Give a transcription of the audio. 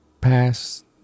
past